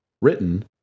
written